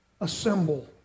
assemble